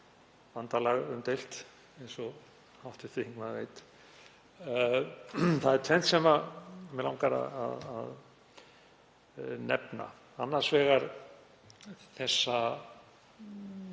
bandalag umdeilt eins og hv. þingmaður veit. Það er tvennt sem mig langar að nefna, annars vegar þessa